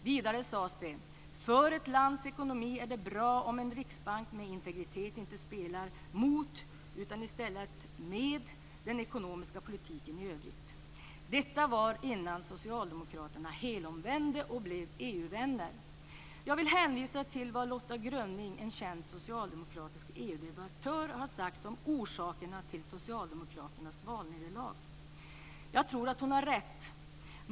Vidare sades det: "För ett lands ekonomi är det bra om en riksbank med integritet inte spelar mot utan i stället spelar med den ekonomiska politiken i övrigt." Detta var innan Socialdemokraterna helomvände och blev EU-vänner. Jag vill hänvisa till vad Lotta Gröning, en känd socialdemokratisk EU-debattör, har sagt om orsakerna till Socialdemokraternas valnederlag. Jag tror att hon har rätt.